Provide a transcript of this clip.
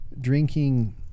drinking